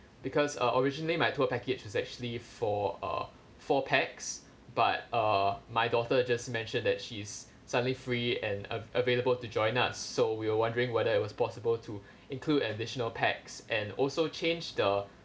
because uh originally my tour package was actually for uh four pax but uh my daughter just mentioned that she is suddenly free and av~ available to join us so we're wondering whether it was possible to include additional pax and also change the